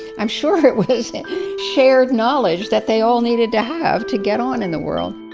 i'm sure it was shared knowledge that they all needed to have to get on in the world.